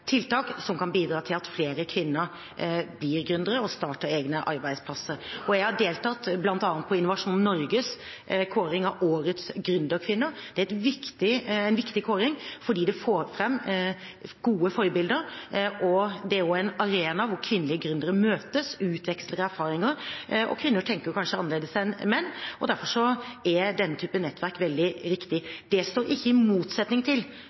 tiltak som kan bidra til at flere kvinner blir gründere og starter egne arbeidsplasser. Jeg har deltatt på bl.a. Innovasjon Norges kåring av årets gründerkvinner. Det er en viktig kåring fordi det får fram gode forbilder. Det er også en arena hvor kvinnelige gründere møtes og utveksler erfaringer. Kvinner tenker kanskje annerledes enn menn, og derfor er denne type nettverk veldig riktig. Det står ikke i motsetning til